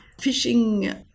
fishing